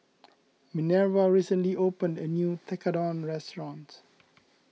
Minerva recently opened a new Tekkadon restaurant